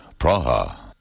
Praha